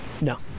No